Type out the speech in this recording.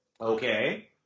Okay